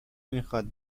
میخواد